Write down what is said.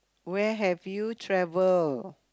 where have you travel